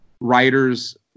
writers